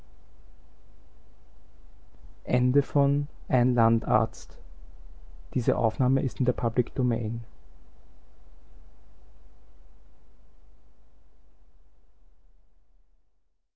kamel ist in der